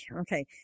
okay